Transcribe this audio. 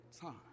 time